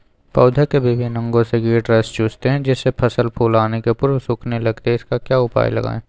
पौधे के विभिन्न अंगों से कीट रस चूसते हैं जिससे फसल फूल आने के पूर्व सूखने लगती है इसका क्या उपाय लगाएं?